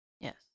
Yes